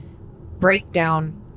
breakdown